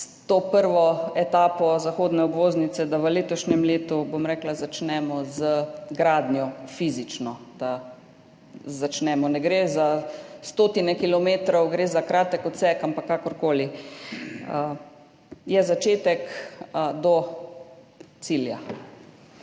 to prvo etapo zahodne obvoznice, da v letošnjem letu, bom rekla, začnemo z gradnjo, da fizično začnemo. Ne gre za stotine kilometrov, gre za kratek odsek, ampak kakorkoli, je začetek do cilja.